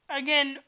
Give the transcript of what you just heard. again